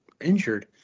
injured